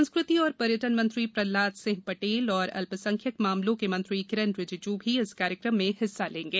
संस्कृति और पर्यटन मंत्री प्रहलाद सिंह पटेल और अल्पसंख्यक मामलों के मंत्री किरेन रिजिजू भी इस कार्यक्रम में हिस्सा लेंगे